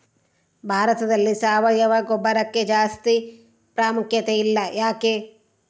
ಭಾರತದಲ್ಲಿ ಸಾವಯವ ಗೊಬ್ಬರಕ್ಕೆ ಜಾಸ್ತಿ ಪ್ರಾಮುಖ್ಯತೆ ಇಲ್ಲ ಯಾಕೆ?